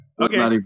Okay